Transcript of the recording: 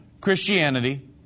Christianity